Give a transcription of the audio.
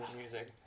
music